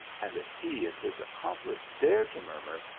and if he and his accomplice dare to murmur,